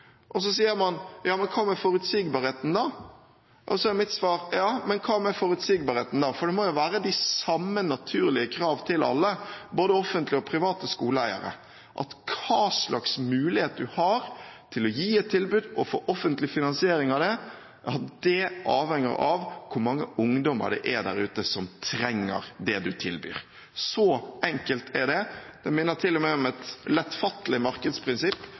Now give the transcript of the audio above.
Og så sier man: Hva med forutsigbarheten, da? Da er mitt svar: Hva med forutsigbarheten, da? For det må jo være de samme naturlige krav til alle, både offentlige og private skoleeiere, at hva slags mulighet man har til å gi et tilbud og få offentlig finansiering av det, avhenger av hvor mange ungdommer det er der ute som trenger det man tilbyr. Så enkelt er det. Det minner til og med om et lettfattelig markedsprinsipp,